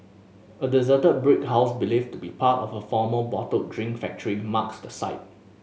a deserted brick house believed to be part of a former bottled drink factory marks the site